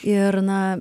ir na